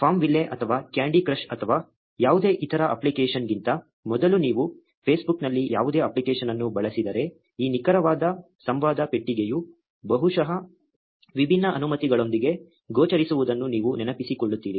FarmVille ಅಥವಾ candy crush ಅಥವಾ ಯಾವುದೇ ಇತರ ಅಪ್ಲಿಕೇಶನ್ಗಿಂತ ಮೊದಲು ನೀವು ಫೇಸ್ಬುಕ್ನಲ್ಲಿ ಯಾವುದೇ ಅಪ್ಲಿಕೇಶನ್ ಅನ್ನು ಬಳಸಿದ್ದರೆ ಈ ನಿಖರವಾದ ಸಂವಾದ ಪೆಟ್ಟಿಗೆಯು ಬಹುಶಃ ವಿಭಿನ್ನ ಅನುಮತಿಗಳೊಂದಿಗೆ ಗೋಚರಿಸುವುದನ್ನು ನೀವು ನೆನಪಿಸಿಕೊಳ್ಳುತ್ತೀರಿ